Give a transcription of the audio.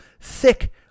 thick